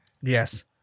Yes